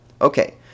Okay